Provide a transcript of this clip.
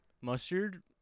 mustard